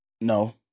no